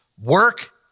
work